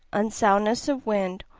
unsoundness of wind,